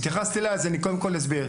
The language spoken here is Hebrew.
התייחסת אליי אז אני קודם כל אסביר,